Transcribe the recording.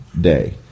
day